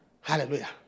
Hallelujah